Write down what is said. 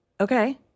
Okay